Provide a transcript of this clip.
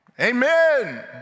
amen